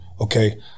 okay